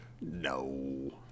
No